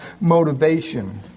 motivation